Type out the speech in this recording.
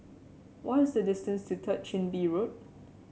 what is the distance to Third Chin Bee Road